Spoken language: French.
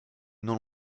non